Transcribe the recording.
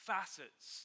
facets